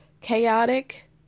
chaotic